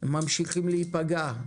ממשיכים להיפגע,